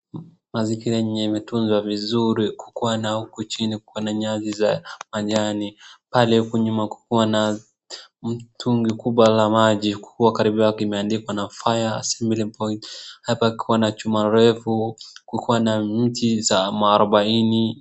Mazingira yenye imetunzwa vizuri kukiwa na huku chini kuko na nyasi za majani. Pale huku nyuma kukiwa na mtungi kubwa la maji kukiwa karibu yake kukiwa imeandikwa na fire assembly point . Hapa kukiwa na chuma refu kukiwa na mti za muarobaine.